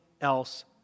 else